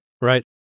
Right